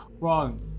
wrong